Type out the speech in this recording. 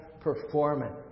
performance